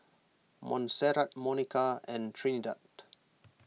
Montserrat Monika and Trinidad